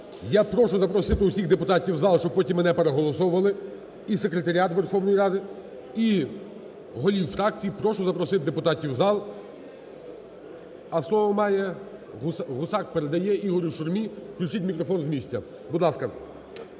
Я прошу запросити усіх депутатів у зал, щоби потім ми не переголосовували. І Секретаріат Верховної Ради, і голів фракцій прошу запросити депутатів в зал. А слово має... Гусак передає Ігорю Шурмі. Включіть мікрофон з місця. Будь ласка.